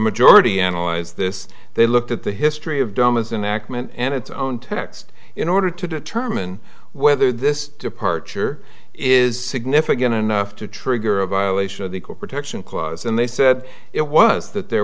majority analyze this they looked at the history of doma is an act meant and its own text in order to determine whether this departure is significant enough to trigger a violation of the core protection clause and they said it was that there